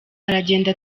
aragenda